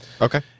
Okay